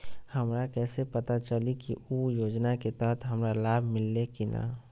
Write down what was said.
हमरा कैसे पता चली की उ योजना के तहत हमरा लाभ मिल्ले की न?